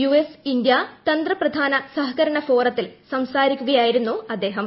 US India തന്ത്രപ്രധാന സഹകരണ ഫോറത്തിൽ സംസാരിക്കുകയായിരുന്നു അദ്ദേഹം